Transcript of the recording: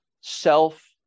self